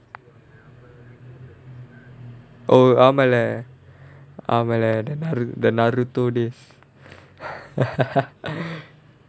oh ஆமல ஆமல:aamaala aamaala the naru~ the days